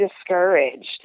discouraged